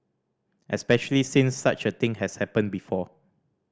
especially since such a thing has happened before